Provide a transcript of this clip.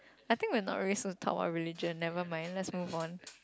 I think we're not really supposed to talk about religion never mind let's move on